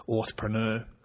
entrepreneur